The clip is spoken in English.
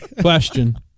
Question